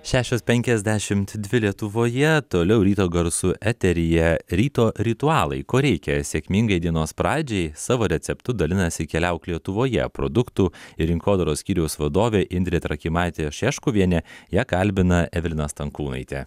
šešios penkiasdešimt dvi lietuvoje toliau ryto garsų eteryje ryto ritualai ko reikia sėkmingai dienos pradžiai savo receptu dalinasi keliauk lietuvoje produktų ir rinkodaros skyriaus vadovė indrė trakimaitė šeškuvienė ją kalbina evelina stankūnaitė